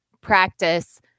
practice